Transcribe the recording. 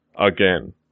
again